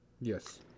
Yes